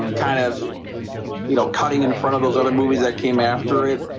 um kind of you know cutting in front of those other movies that came after it.